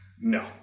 no